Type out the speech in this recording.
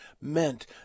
meant